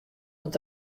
dat